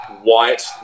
white